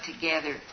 together